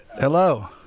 Hello